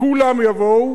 כולם יבואו.